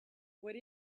what